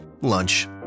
Lunch